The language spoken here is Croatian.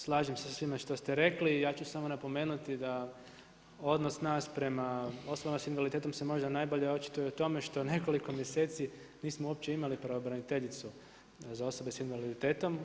Slažem se s svime što ste rekli i ja ću samo napomenuti da odnos nas prema osoba s invaliditetom se možda najbolje očituje u tome što nekoliko mjeseci, nismo uopće imali pravobraniteljicu za osobe s invaliditetom.